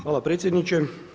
Hvala predsjedniče.